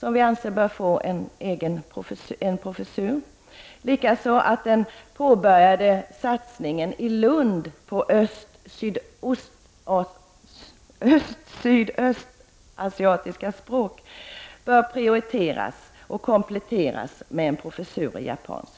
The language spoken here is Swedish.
bör få en professur. Vi anser likaså att den påbörjade satsningen på östoch sydöstasiatiska språk i Lund bör prioriteras och kompletteras med en professur i japanska.